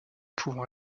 pouvant